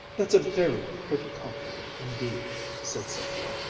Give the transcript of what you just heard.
that's a very pretty compliment indeed, said sylvia,